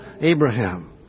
Abraham